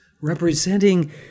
representing